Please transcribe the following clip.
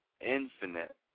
infinite